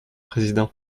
président